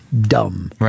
dumb